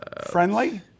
friendly